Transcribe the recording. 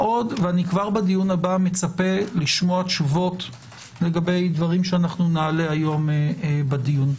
אני כבר בדיון הבא מצפה לשמוע תשובות לגבי דברים שנעלה היום בדיון.